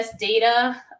data